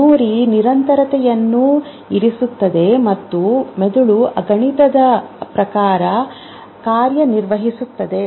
memory ನಿರಂತರತೆಯನ್ನು ಇರಿಸುತ್ತದೆ ಮತ್ತು ಮೆದುಳು ಗಣಿತದ ಪ್ರಕಾರ ಕಾರ್ಯನಿರ್ವಹಿಸುತ್ತದೆ